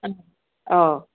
ꯑ ꯑꯥꯎ